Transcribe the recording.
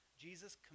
Jesus